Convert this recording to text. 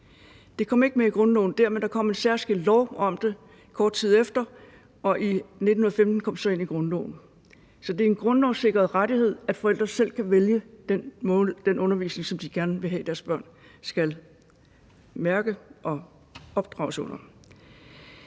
Det kom ikke med i grundloven dengang, men der kom en særskilt lov om det kort tid efter, og i 1915 kom det så ind i grundloven. Så det er en grundlovssikret rettighed, at forældre selv kan vælge den undervisning, som de gerne vil have at deres børn skal mærke og opdrages under.